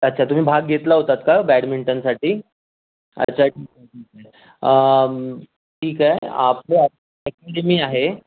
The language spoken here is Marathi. अच्छा तुम्ही भाग घेतला होतात का बॅडमिंटनसाठी अच्छा ठीक आहे आपल्या ॲकॅडमी आहे